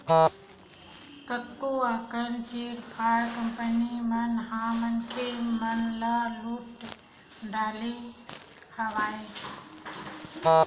कतको अकन chit fund company मन ह मनखे मन ल लुट डरे हवय